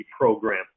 program